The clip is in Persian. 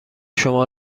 شما